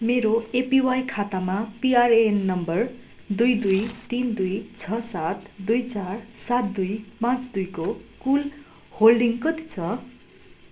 मेरो एपिवाई खातामा PRAN number दुई दुई तिन दुई छ सात दुई चार सात दुई पाँच दुईको कुल होल्डिङ कति छ